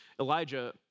Elijah